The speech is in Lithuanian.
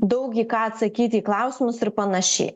daug į ką atsakyti į klausimus ir panašiai